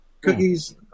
Cookies